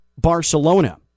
Barcelona